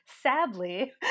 sadly